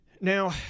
now